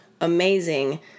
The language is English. amazing